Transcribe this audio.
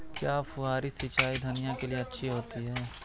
क्या फुहारी सिंचाई धनिया के लिए अच्छी होती है?